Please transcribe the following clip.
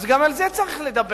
אז גם על זה צריך לדבר,